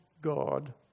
God